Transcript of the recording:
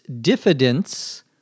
diffidence